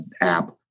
app